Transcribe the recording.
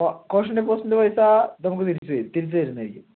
quotient ഡെപ്പോസിറ്റിൻ്റെ പൈസ നമുക്ക് തിരിച്ചു തരും തിരിച്ചു തരുന്നതായിരിക്കും